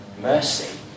mercy